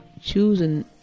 choosing